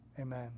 Amen